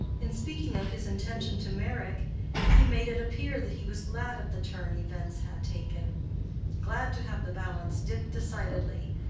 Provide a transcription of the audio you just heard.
in speaking of his intention to meyrick he made it appear that he was glad of the turn events had taken glad to have the balance dip decidedly,